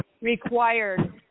required